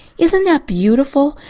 isn't that beautiful?